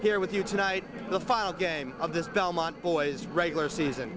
here with you tonight in the final game of this belmont boys regular season